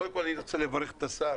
קודם כל אני רוצה לברך את השר.